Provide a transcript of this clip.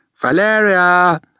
Valeria